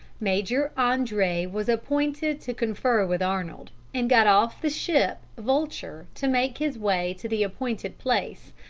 major andre was appointed to confer with arnold, and got off the ship vulture to make his way to the appointed place,